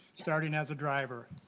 starting as a driver.